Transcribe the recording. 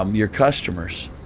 um your customers?